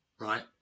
Right